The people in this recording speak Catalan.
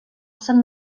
sant